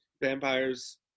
vampires